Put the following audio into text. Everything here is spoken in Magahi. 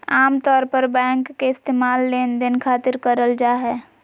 आमतौर पर बैंक के इस्तेमाल लेनदेन खातिर करल जा हय